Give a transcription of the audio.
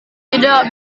tidak